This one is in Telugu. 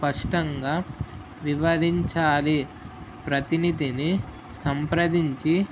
స్పష్టంగా వివరించాలి ప్రతినిధిని సంప్రదించి